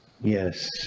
Yes